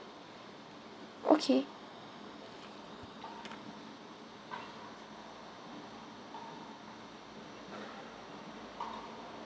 okay